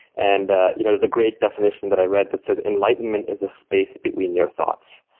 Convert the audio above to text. and ah you know there's a great definition that i read that says, enlightenment is a space between your thoughts.